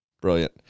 Brilliant